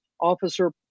Officer